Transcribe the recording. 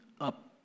up